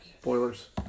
Spoilers